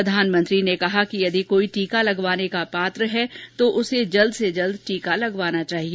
प्रधानमंत्री ने कहा कि यदि कोई टीका लगवाने का पात्र है तो उसे जल्द से जल्द टीका लगवाना चाहिए